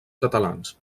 catalans